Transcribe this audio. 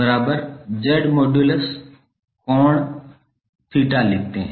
∠𝜃 लिखते हैं